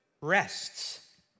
rests